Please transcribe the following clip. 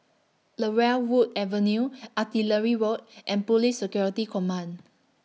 Laurel Wood Avenue Artillery Road and Police Security Command